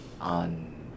on